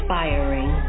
Inspiring